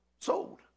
sold